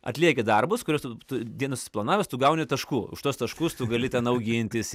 atlieki darbus kuriuos tu dieną susiplanavęs tu gauni taškų už tuos taškus tu gali ten augintis